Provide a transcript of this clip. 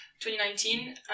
2019